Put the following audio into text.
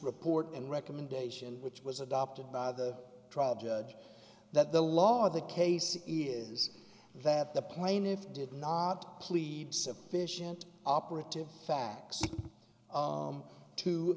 report and recommendation which was adopted by the trial judge that the law of the case is that the plaintiff did not plead sufficient operative facts